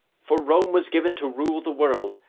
for rome was given to rule the world,